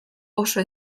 oso